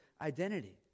identity